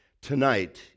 Tonight